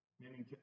meaning